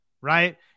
right